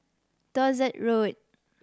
Dorset Road